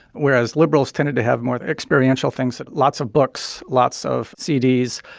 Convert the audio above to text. whereas liberals tended to have more experiential things lots of books, lots of cds,